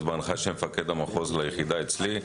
והנחיה של מפקד המחוז ליחידה אצלי.